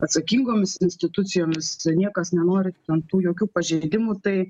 atsakingomis institucijomis niekas nenori ten tų jokių pažeidimų tai